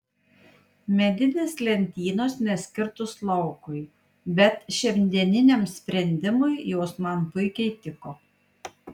medinės lentynos neskirtos laukui bet šiandieniniam sprendimui jos man puikiai tiko